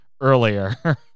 earlier